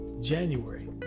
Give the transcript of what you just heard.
January